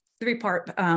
three-part